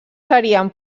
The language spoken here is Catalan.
serien